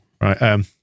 Right